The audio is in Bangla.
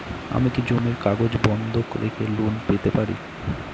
আমি কি জমির কাগজ বন্ধক রেখে লোন পেতে পারি?